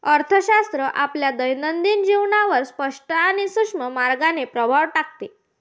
अर्थशास्त्र आपल्या दैनंदिन जीवनावर स्पष्ट आणि सूक्ष्म मार्गाने प्रभाव टाकते